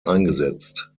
eingesetzt